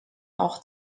auch